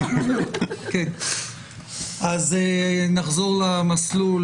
אז נחזור למסלול.